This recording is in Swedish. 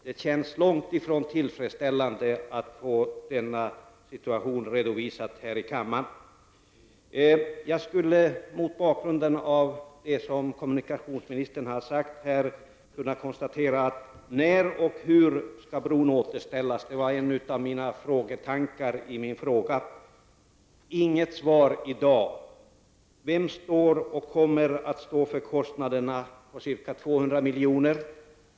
Det känns långt ifrån tillfredsställande att få denna situation redovisad här i kammaren. Mot bakgrund av det som kommunikationsministern har sagt, skulle jag kunna konstatera att frågan om när och hur bron skall återställas var en av tankarna bakom min fråga. Inget svar i dag. Vem kommer att stå för kostnaderna på ca 200 milj.kr.?